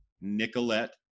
Nicolette